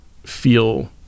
feel